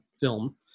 film